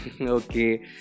Okay